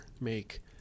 make